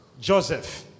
joseph